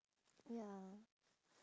ya